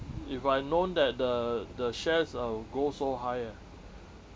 if I known that the the shares ah will go so high ah